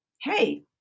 hey